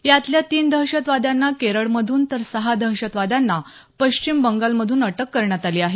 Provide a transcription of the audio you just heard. यातल्या तीन दहशतवाद्यांना केरळमधून तर सहा दहशतवाद्यांना पश्चिम बंगालमधून अटक करण्यात आली आहे